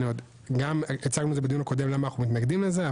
גם הצגנו את זה בדיון הקודם למה אנחנו מתנגדים לזה,